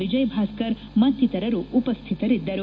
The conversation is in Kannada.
ವಿಜಯ ಭಾಸ್ಕರ್ ಮತ್ತಿತರರು ಉಪಸ್ಮಿತರಿದ್ದರು